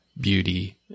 beauty